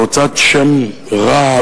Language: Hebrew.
בהוצאת שם רע,